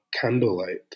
candlelight